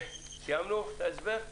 סיימנו את ההסבר?